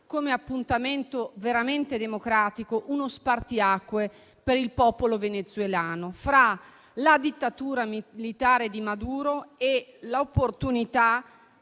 come appuntamento veramente democratico, uno spartiacque per il popolo venezuelano fra la dittatura militare di Maduro e l'opportunità